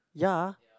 ya